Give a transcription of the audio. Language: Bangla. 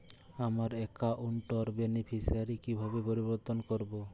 আমার অ্যাকাউন্ট র বেনিফিসিয়ারি কিভাবে পরিবর্তন করবো?